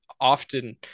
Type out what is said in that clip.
often